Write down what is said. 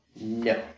No